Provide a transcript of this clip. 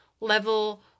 level